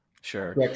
Sure